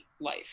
life